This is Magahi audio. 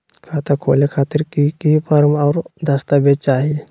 खाता खोले खातिर की की फॉर्म और दस्तावेज चाही?